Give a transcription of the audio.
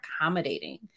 accommodating